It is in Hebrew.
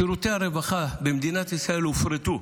שירותי הרווחה במדינת ישראל הופרטו,